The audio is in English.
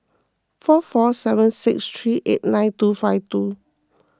four four seven six three eight nine two five two